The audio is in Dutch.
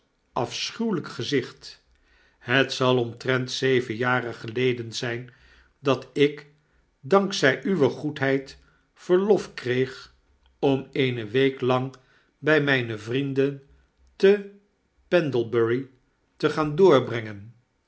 gezicht het zal omtrent zeven jaren geleden zijn dat ik dank zij uwe goedheid verlof kreeg om eene week lang bij mijne vrienden te pendlebury te gaan doorbrengen